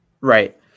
Right